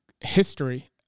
history